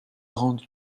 grande